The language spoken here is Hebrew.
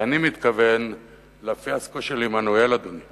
ואני מתכוון לפיאסקו של עמנואל, אדוני,